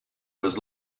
was